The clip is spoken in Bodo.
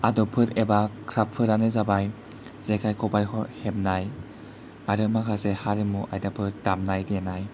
आद'बफोर एबा खाबुफोरानो जाबाय जेखाय खबाय हेबनाय आरो माखासे हारिमु आयदाफोर दामनाय देनाय